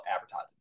advertising